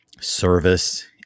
service